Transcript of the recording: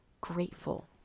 grateful